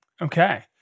Okay